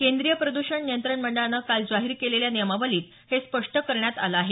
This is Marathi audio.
केंद्रीय प्रदूषण नियंत्रण मंडळानं काल जाहीर केलेल्या नियमावलीत हे स्पष्ट करण्यात आलं आहे